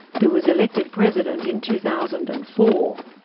who was elected president in two thousand and four.